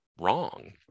wrong